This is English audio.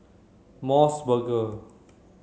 MOS burger